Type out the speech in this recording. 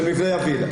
של מבנה יביל.